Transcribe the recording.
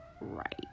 right